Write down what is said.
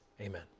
Amen